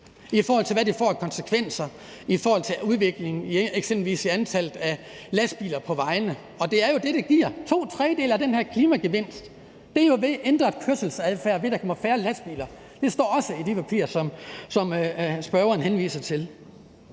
i forhold til hvad det får af konsekvenser, eksempelvis i forhold til udviklingen i antallet af lastbiler på vejene. Og to tredjedele af den klimagevinst, det giver, kommer jo ved en ændret kørselsadfærd, altså ved at der kommer færre lastbiler. Det står der også i de papirer, som spørgeren henviser til.